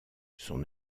son